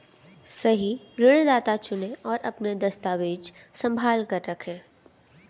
सही ऋणदाता चुनें, और अपने दस्तावेज़ संभाल कर रखें